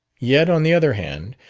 yet, on the other hand,